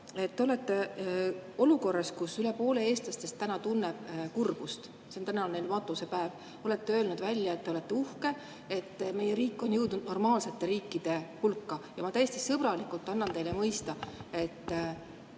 te olete olukorras, kus üle poole eestlastest tunneb täna kurbust. Täna on neil matusepäev. Olete välja öelnud, et te olete uhke, et meie riik on jõudnud normaalsete riikide hulka. Ma täiesti sõbralikult annan teile mõista, et